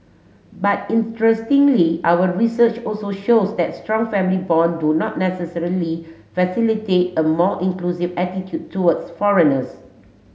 but interestingly our research also shows that strong family bond do not necessarily facilitate a more inclusive attitude towards foreigners